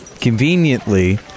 conveniently